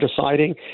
deciding